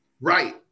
Right